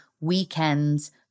weekends